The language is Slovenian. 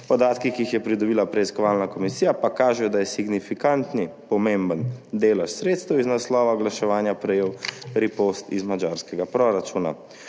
Podatki, ki jih je pridobila preiskovalna komisija, pa kažejo, da je signifikanten, pomemben delež sredstev iz naslova oglaševanja prejel Ripost iz madžarskega proračuna.